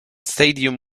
stadium